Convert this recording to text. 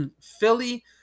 Philly